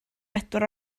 bedwar